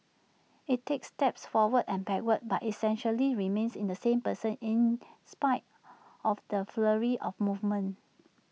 IT takes steps forward and backward but essentially remains in the same position in spite of the flurry of movements